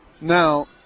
Now